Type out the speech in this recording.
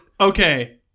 Okay